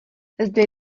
zde